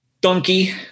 Donkey